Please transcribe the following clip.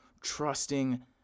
trusting